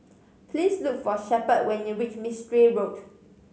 please look for Shepherd when you reach Mistri Road